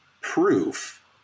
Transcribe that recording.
proof